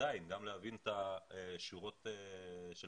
עדיין גם להבין את השורות של